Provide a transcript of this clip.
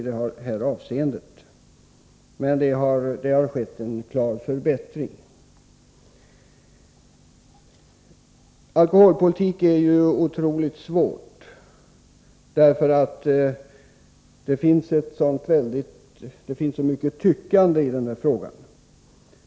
Det har emellertid ägt rum en klar förbättring. Alkoholpolitiken är ju oerhört svår. Det finns så mycket tyckande på detta område.